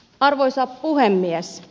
arvoisa puhemies